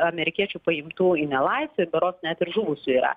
amerikiečių paimtų į nelaisvę ir berods net ir žuvusių yra